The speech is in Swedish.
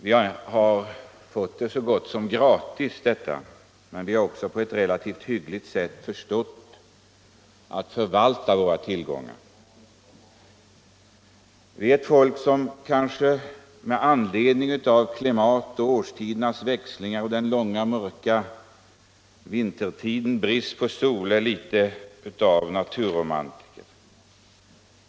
Vi har fått dessa möjligheter så gott som gratis, men vi har också på ett relativt hyggligt sätt förstått att förvalta våra tillgångar. Vi är ett folk som kanske med anledning av klimatet, årstidernas växlingar, den långa mörka vintertiden och bristen på sol är litet av naturromantiker.